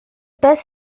best